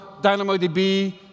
DynamoDB